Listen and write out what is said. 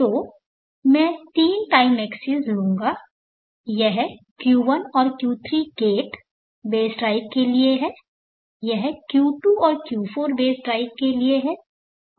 तो मैं 3 time axis लूंगा यह Q1 और Q3 गेट बेस ड्राइव के लिए है यह Q2 और Q4 बेस ड्राइव के लिए है